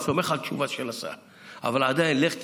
אני סומך על תשובה של השר, אבל עדיין, לך תבדוק,